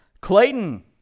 Clayton